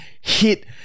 hit